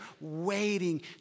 waiting